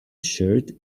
shirt